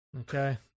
Okay